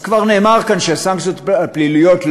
אז כבר נאמר כאן שהסנקציות הפליליות,